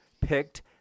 picked